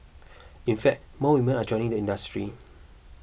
in fact more women are joining the industry